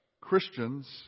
Christians